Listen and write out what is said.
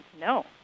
no